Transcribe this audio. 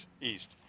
East